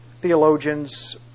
theologians